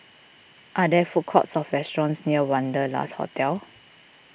are there food courts or restaurants near Wanderlust Hotel